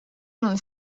non